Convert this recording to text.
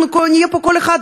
אנחנו נהיה פה כל אחד,